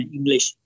English